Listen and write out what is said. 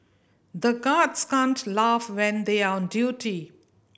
the guards can't laugh when they are on duty